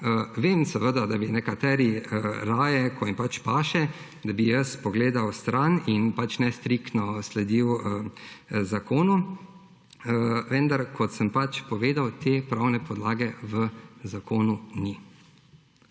Vem seveda, da bi nekateri raje, ko jim pač paše, da bi jaz pogledal stran in ne striktno sledil zakonu. Vendar, kot sem pač povedal, te pravne podlage v zakonu ni.